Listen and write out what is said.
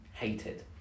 Hated